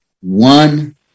one